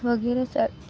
વગેરે સા